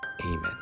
Amen